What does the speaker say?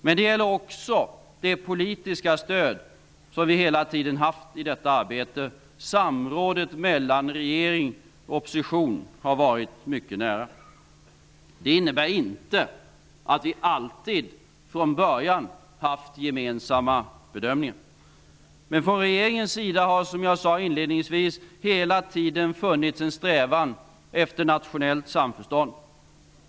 Detta gäller också det politiska stöd som vi hela tiden har haft i detta arbete. Samrådet mellan regering och opposition har varit mycket nära. Det innebär inte att vi alltid från början har gjort gemensamma bedömningar. Men som jag sade inledningsvis har det från regeringens sida hela tiden funnits en strävan efter nationellt samförstånd.